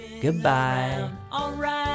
Goodbye